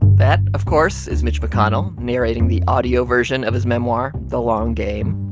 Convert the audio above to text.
that, of course, is mitch mcconnell narrating the audio version of his memoir the long game.